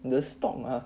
the stock ah